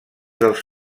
dels